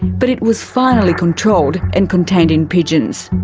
but it was finally controlled and contained in pigeons.